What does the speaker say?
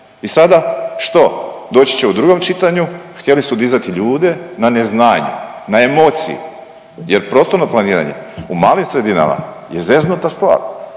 i sada što? Doći će u drugom čitanju, htjeli su dizati ljude na neznanje, na emociji jer prostorno planiranje u malim sredinama je zeznuta stvar,